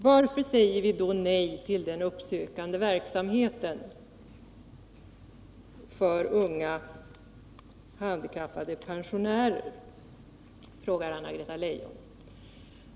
Varför säger vi då nej till den uppsökande verksamheten för unga handikappade pensionärer? frågar Anna-Greta Leijon.